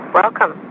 welcome